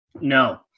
No